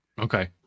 Okay